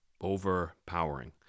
overpowering